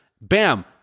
Bam